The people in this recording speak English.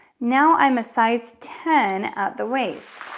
now i'm a size ten at the waist.